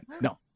no